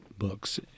books